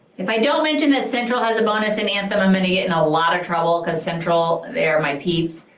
if i don't mention that central has a bonus in anthem, i'm gonna get in a lot of trouble, cause central, they are my peeps.